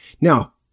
Now